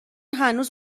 هنوز